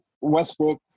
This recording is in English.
Westbrook